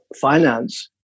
finance